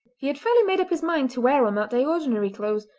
he had fairly made up his mind to wear on that day ordinary clothes,